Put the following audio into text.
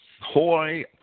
hoi